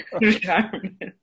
retirement